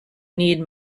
need